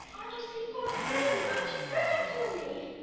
i wanna see pauls baby. why don't you bring him to me?